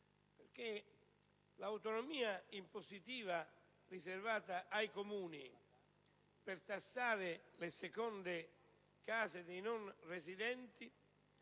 perché l'autonomia impositiva riservata ai Comuni per tassare le seconde case dei non residenti,